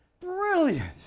brilliant